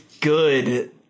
good